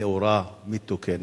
נאורה, מתוקנת.